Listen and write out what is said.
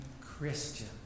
Christian